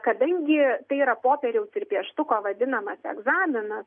kadangi tai yra popieriaus ir pieštuko vadinamas egzaminas